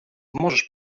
możesz